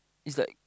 is like